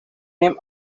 name